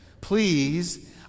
please